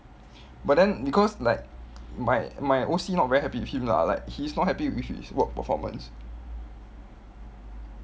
but then because like my my O_C not very happy with him lah like he's not happy with his work performance